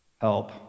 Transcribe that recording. help